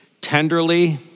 tenderly